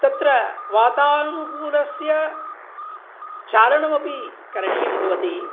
तत्र वातानुकूलस्य चारणमपि करणीयं भवति